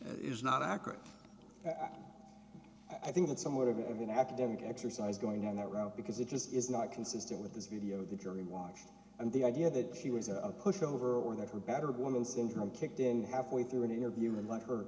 is not accurate i think it's somewhat of an academic exercise going on that because it just is not consistent with this video the jury walks and the idea that she was a pushover or that her battered woman syndrome kicked in half way through an interview and let her